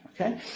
okay